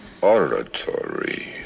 oratory